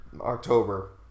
October